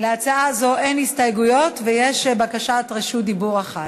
להצעה זו אין הסתייגויות ויש בקשת רשות דיבור אחת.